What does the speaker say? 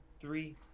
three